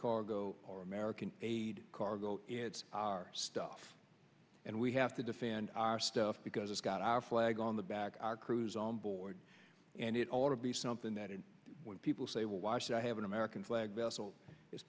cargo or american aid cargo it's our stuff and we have to defend our stuff because it's got our flag on the back of our crews on board and it ought to be something that is when people say well why should i have an american flag vessel it's